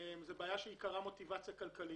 זו בעיה שעיקרה במוטיבציה כלכלית.